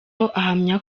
ahamya